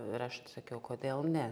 ir aš sakiau kodėl ne